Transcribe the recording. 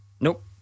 Nope